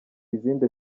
izindi